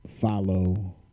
follow